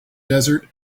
desert